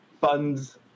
funds